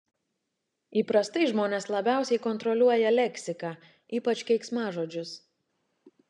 įprastai žmonės labiausiai kontroliuoja leksiką ypač keiksmažodžius